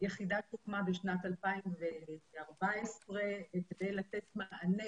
יחידה שהוקמה בשנת 2014 כדי לתת מענה